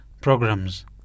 programs